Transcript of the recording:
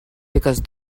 because